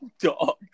dog